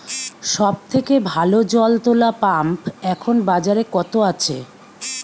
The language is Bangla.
সব থেকে ভালো জল তোলা পাম্প এখন বাজারে কত আছে?